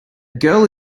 girl